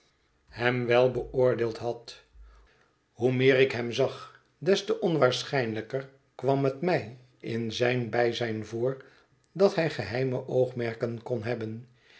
hem wel beoordeeld had hoe meer ik hem zag des te onwaarschijnlijker kwam het mij in zijn bijzijn voor dat hij geheime oogmerken kon hebben